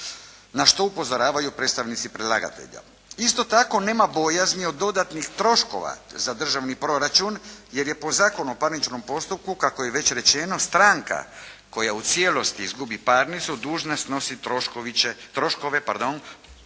na što upozoravaju predstavnici predlagatelja. Isto tako, nema bojazni od dodatnih troškova za državni proračun jer je po Zakonu o parničnom postupku kako je već rečeno stranka koja u cijelosti izgubi parnicu dužna snositi troškove